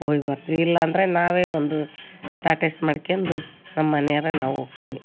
ಹೋಗ್ ಬರ್ತೀವಿ ಇಲ್ಲ ಅಂದರೆ ನಾವೇ ಒಂದು ಟಾಟ್ ಎಸ್ ಮಾಡ್ಕೊಂಡು ನಮ್ಮ ಮನೆಯೋರ ನಾವು ಹೋಗ್ತೀವಿ